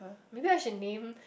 maybe I should name